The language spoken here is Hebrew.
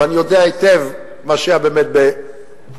ואני יודע היטב מה שהיה באמת החוכמה